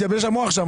התייבש שם המוח.